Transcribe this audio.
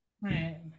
right